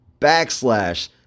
backslash